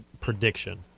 prediction